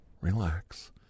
Relax